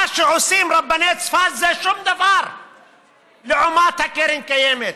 מה שעושים רבני צפת זה שום דבר לעומת הקרן קיימת.